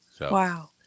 Wow